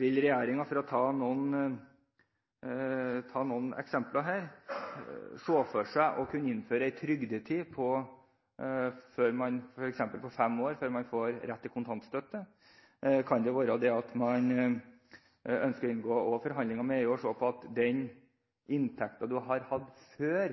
Vil regjeringen – for å ta noen eksempler – se for seg å kunne innføre en trygdetid på f.eks. fem år før man får rett til kontantstøtte, og ønsker man å inngå forhandlinger med EU for å se på om den inntekten man har hatt før